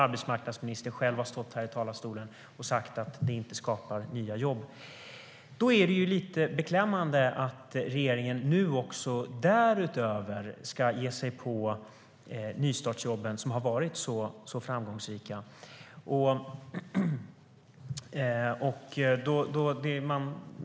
Arbetsmarknadsministern har själv sagt att det inte skapar nya jobb. Då är det lite beklämmande att regeringen nu därutöver ska ge sig på nystartsjobben, som har varit så framgångsrika.